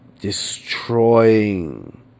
Destroying